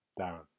Darren